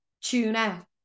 tuna